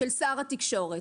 של שר התקשורת.